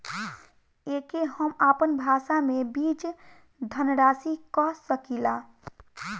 एके हम आपन भाषा मे बीज धनराशि कह सकीला